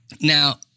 now